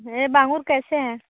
ये बांगूर कैसे हैं